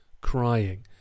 crying